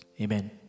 Amen